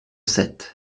sept